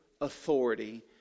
authority